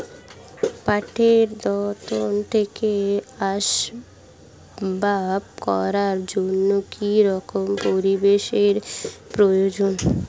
পাটের দণ্ড থেকে আসবাব করার জন্য কি রকম পরিবেশ এর প্রয়োজন?